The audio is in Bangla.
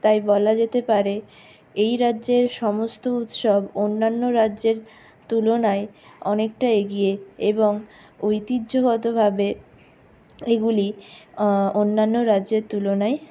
তাই বলা যেতে পারে এই রাজ্যের সমস্ত উৎসব অন্যান্য রাজ্যের তুলনায় অনেকটা এগিয়ে এবং ঐতিহ্যগতভাবে এগুলি অন্যান্য রাজ্যের তুলনায়